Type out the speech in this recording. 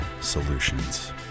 solutions